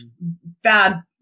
bad